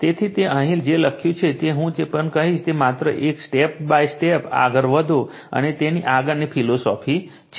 તેથી મેં અહીં જે પણ લખ્યું છે અને હું જે પણ કહીશ તેમ માત્ર એક સ્ટેપ બાય સ્ટેપ આગળ વધો અને તે આની પાછળની ફિલોસોફી છે